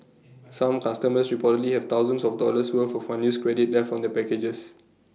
some customers reportedly have thousands of dollars worth of unused credit left on their packages